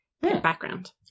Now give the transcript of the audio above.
background